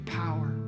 power